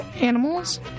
Animals